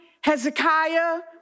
Hezekiah